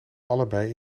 allebei